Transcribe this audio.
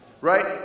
Right